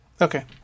Okay